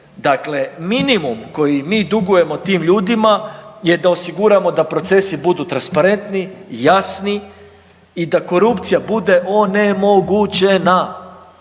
dakle minimum koji mi dugujemo tim ljudima je da osiguramo da procesi budu transparentni, jasni i da korupcija bude onemogućena.